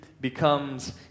becomes